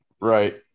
Right